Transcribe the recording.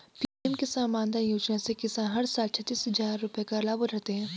PM Kisan Maandhan Yojana से किसान हर साल छतीस हजार रुपये का लाभ उठाते है